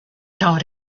taught